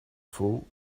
fool